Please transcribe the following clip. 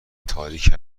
تاریک